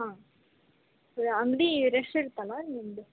ಹಾಂ ಅಂಗಡಿ ರಶ್ ಇರುತ್ತಲ್ಲಾ ನಿಮ್ಮದು